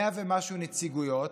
100 ומשהו נציגויות,